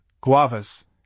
guavas